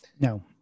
No